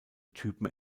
typen